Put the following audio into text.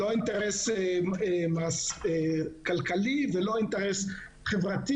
לא אינטרס כלכלי ולא חברתי.